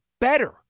better